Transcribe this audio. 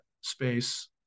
space